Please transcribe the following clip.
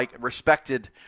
respected